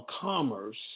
commerce